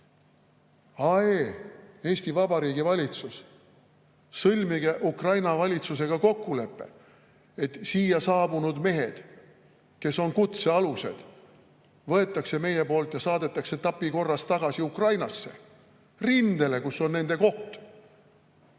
Ae, Eesti Vabariigi valitsus! Sõlmige Ukraina valitsusega kokkulepe, et siia saabunud mehed, kes on kutsealused, saadetakse tapikorras tagasi Ukrainasse – rindele, kus on nende koht.